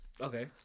Okay